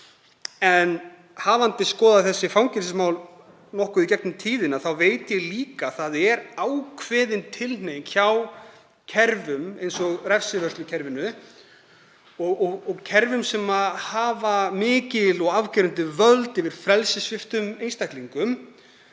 En hafandi skoðað þessi fangelsismál nokkuð í gegnum tíðina þá veit ég líka að það er ákveðin tilhneiging hjá kerfum eins og refsivörslukerfinu og kerfum sem hafa mikil og afgerandi völd yfir frelsissviptum einstaklingum